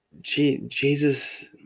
Jesus